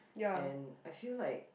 and I feel like